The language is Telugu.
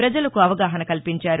ప్రజలకు అవగాహన కల్పించారు